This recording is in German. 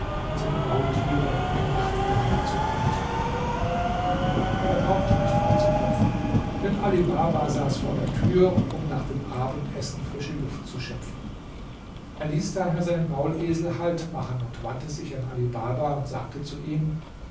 und seine maultiere ein nachtlager zu erbitten er brauchte nicht anzuklopfen denn ali baba saß vor der tür um nach dem abendessen frische luft zu schöpfen er ließ daher seinen maulesel halt machen wandte sich an ali baba und sagte zu ihm